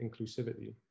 inclusivity